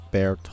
（Bear